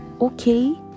okay